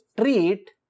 treat